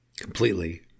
Completely